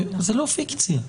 זה לא פיקציה.